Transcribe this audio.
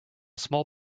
small